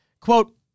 Quote